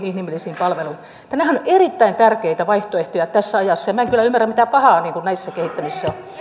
inhimilliset palvelut nämähän ovat erittäin tärkeitä vaihtoehtoja tässä ajassa minä en kyllä ymmärrä mitä pahaa näissä kehittämisissä